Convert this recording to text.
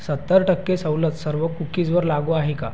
सत्तर टक्के सवलत सर्व कुकीजवर लागू आहे का